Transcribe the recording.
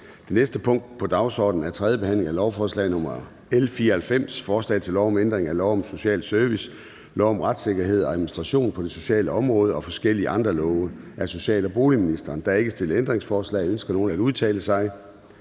Det næste punkt på dagsordenen er: 13) 3. behandling af lovforslag nr. L 94: Forslag til lov om ændring af lov om social service, lov om retssikkerhed og administration på det sociale område og forskellige andre love. (Ændringer som følge af barnets lov, initiativret for adopterede børn, adoption